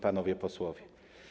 Panowie Posłowie!